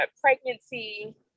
pregnancy